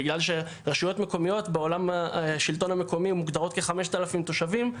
בגלל שרשויות מקומיות בעולם השלטון המקומי מוגדרות כ-5,000 תושבים,